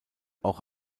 auch